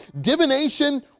divination